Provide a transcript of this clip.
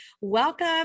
Welcome